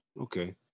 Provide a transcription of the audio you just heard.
Okay